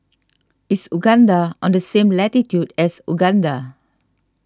is Uganda on the same latitude as Uganda